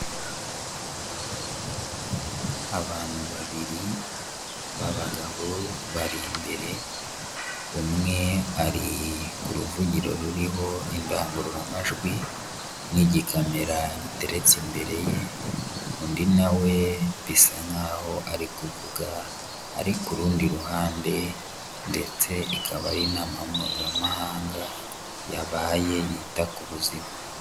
Abantu babiri b'abagabo bari imbere; umwe ari ku ruvugiro ruriho indangururamajwi n'igikamera giteretse imbere ye, undi na we bisa nk'aho ari kuvuga ari ku rundi ruhande, ndetse ikaba ari nama mpuzamahanga yabaye yita ku buzima.